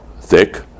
Thick